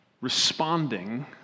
responding